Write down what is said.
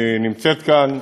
היא נמצאת כאן.